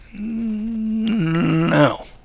No